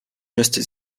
müsste